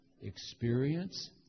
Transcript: experience